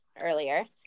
earlier